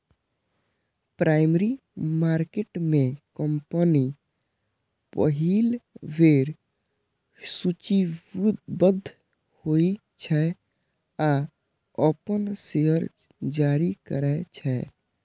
primary market में company पहिल बेर सूचीबद्ध होइ छै आ अपन शेयर जारी करै छै